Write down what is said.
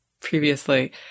previously